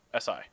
SI